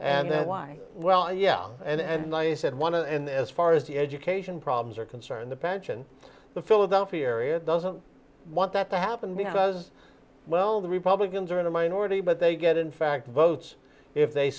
and that's why well yeah and they said one and as far as the education problems are concerned the pension the philadelphia area doesn't want that to happen because well the republicans are in a minority but they get in fact votes if they